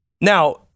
now